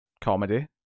comedy